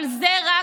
אבל זה רק,